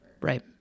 Right